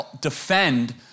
defend